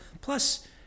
plus